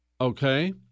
Okay